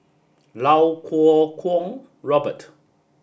Iau Kuo Kwong Robert